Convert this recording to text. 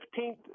15th